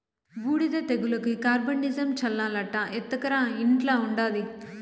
బూడిద తెగులుకి కార్బండిజమ్ చల్లాలట ఎత్తకరా ఇంట్ల ఉండాది